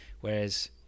whereas